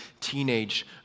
teenage